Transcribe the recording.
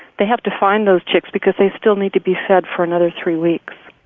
they have to find those chicks because they still need to be fed for another three weeks.